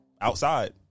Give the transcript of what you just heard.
outside